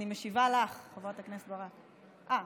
אני משיבה לך, חברת הכנסת ברק, אה,